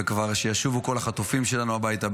ושישובו כבר כל החטופים שלנו הביתה,